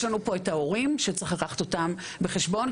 לנו פה את ההורים שצריך לקחת אותם בחשבון,